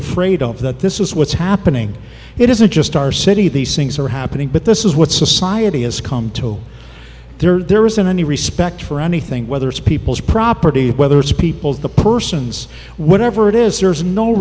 afraid of that this is what's happening it isn't just our city these things are happening but this is what society has come to there isn't any respect for anything whether it's people's property whether it's people's the person's whatever it is serves no